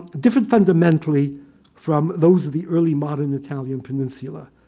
differed fundamentally from those of the early modern italian peninsula.